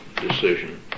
decision